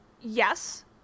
yes